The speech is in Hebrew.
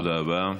תודה רבה.